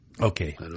Okay